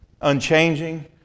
unchanging